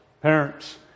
parents